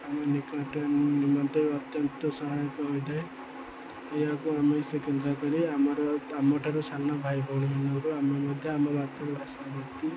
ନିକଟ ମଧ୍ୟ ଅତ୍ୟନ୍ତ ସହାୟକ ହୋଇଥାଏ ଏହାକୁ ଆମେ ସେ କେନ୍ଦ୍ର କରି ଆମର ଆମଠାରୁ ସାନ ଭାଇ ଭଉଣୀମାନଙ୍କୁ ଆମେ ମଧ୍ୟ ଆମ ମାତୃଭାଷା ପ୍ରତି